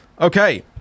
Okay